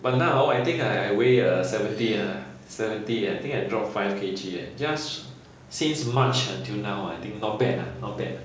but now hor I think I weigh uh seventy ah seventy I think I drop five K_G eh just since march until now I think not bad lah not bad